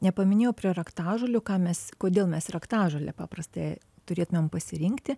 nepaminėjau prie raktažolių ką mes kodėl mes raktažolę paprastąją turėtumėm pasirinkti